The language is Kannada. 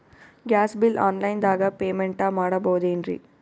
ಗ್ಯಾಸ್ ಬಿಲ್ ಆನ್ ಲೈನ್ ದಾಗ ಪೇಮೆಂಟ ಮಾಡಬೋದೇನ್ರಿ?